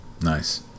Nice